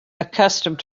accustomed